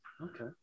Okay